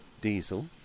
diesel